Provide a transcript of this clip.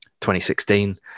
2016